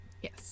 Yes